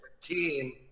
team